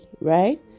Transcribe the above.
right